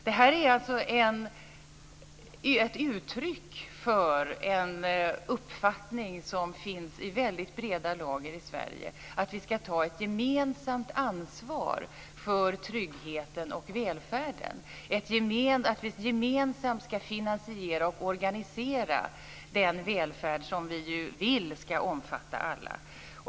Detta är alltså ett uttryck för en uppfattning som finns i väldigt breda lager i Sverige, att vi ska ta ett gemensamt ansvar för tryggheten och välfärden, att vi gemensamt ska finansiera och organisera den välfärd som vi ju vill ska omfatta alla.